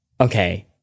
Okay